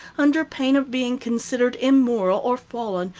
under pain of being considered immoral or fallen,